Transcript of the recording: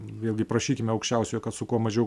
vėlgi prašykime aukščiausiojo kad su kuo mažiau